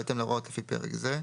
בהתאם להוראות לפי פרק זה,